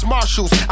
Marshals